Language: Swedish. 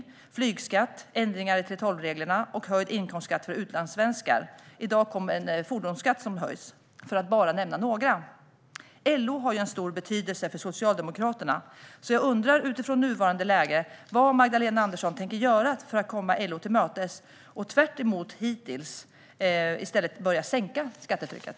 Vi har sett flygskatt, ändringar i 3:12-reglerna och höjd inkomstskatt för utlandssvenskar. I dag kom besked om en fordonskatt som höjs. Då har jag bara nämnt några. Eftersom LO har stor betydelse för Socialdemokraterna undrar jag utifrån nuvarande läge vad Magdalena Andersson tänker göra för att gå LO till mötes och - tvärtemot vad hon hittills gjort - börja sänka skattetrycket?